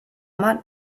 man